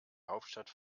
hauptstadt